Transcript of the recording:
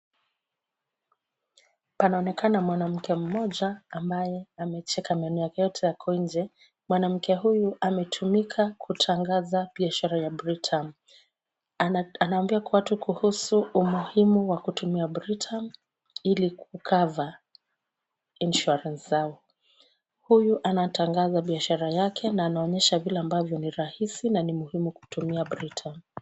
Kanaonekana mwanamke mmoja ambaye amecheka meno yake yote ya nje. Mwanamke huyu ametumika kutangaza biashara ya Britam. Anaongea kwa watu kuhusu umuhimu wa kutumia Britam, ili kucover , insurance zao. Huyu anatangaza biashara yake na anaonyesha vile ambavyo ni rahisi na ni muhimu kutumia Britam.